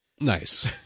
Nice